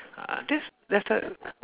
uh that's that's a